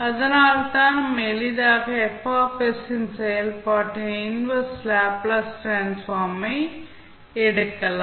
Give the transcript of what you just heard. அதனால் நாம் எளிதாக F செயல்பாட்டின் இன்வெர்ஸ் லேப்ளேஸ் டிரான்ஸ்ஃபார்ம் எடுக்கலாம்